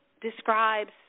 describes